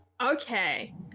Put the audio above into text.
Okay